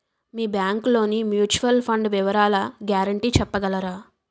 మీ bank లోని mutual fund వివరాల guarantee చెప్పగలరా?